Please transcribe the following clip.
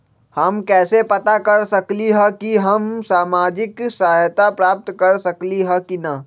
हम कैसे पता कर सकली ह की हम सामाजिक सहायता प्राप्त कर सकली ह की न?